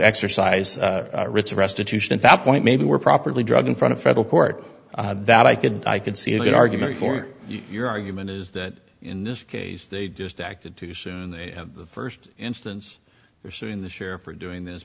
exercise rich restitution at that point maybe were properly drug in front of federal court that i could i could see a good argument for your argument is that in this case they just acted too soon the first instance they're suing the share for doing this